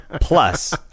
plus